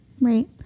right